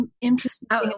interesting